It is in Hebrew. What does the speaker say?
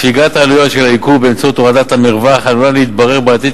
ספיגת העלויות של הייקור באמצעות הורדת המרווח עלולה להתברר בעתיד